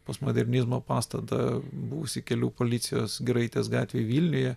postmodernizmo pastatą buvusį kelių policijos giraitės gatvėj vilniuje